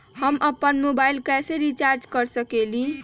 हम अपन मोबाइल कैसे रिचार्ज कर सकेली?